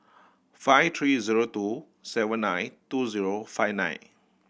five three zero two seven nine two zero five nine